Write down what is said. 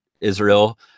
Israel